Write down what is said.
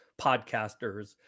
podcasters